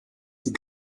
sie